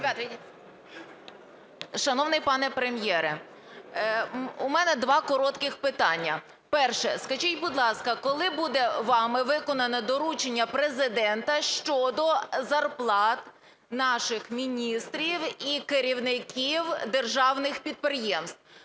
Шановний пане Прем'єре, у мене два коротких питання. Перше. Скажіть, будь ласка, коли буде вами виконане доручення Президента щодо зарплат наших міністрів і керівників державних підприємств?